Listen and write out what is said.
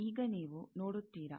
ಈಗ ನೀವು ನೋಡುತ್ತೀರ